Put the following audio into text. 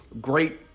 great